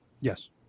Yes